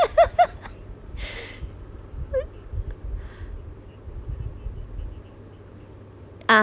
ah